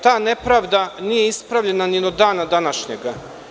Ta nepravda nije ispravljana ni do dana današnjeg.